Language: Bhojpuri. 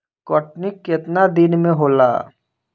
कटनी केतना दिन में होला?